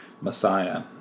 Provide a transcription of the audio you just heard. Messiah